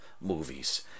movies